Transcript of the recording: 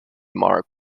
make